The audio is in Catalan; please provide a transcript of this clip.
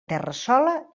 terrassola